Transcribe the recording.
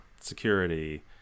security